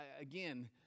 Again